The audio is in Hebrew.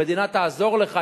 המדינה תעזור לך,